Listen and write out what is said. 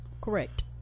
correct